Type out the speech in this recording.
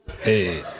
Hey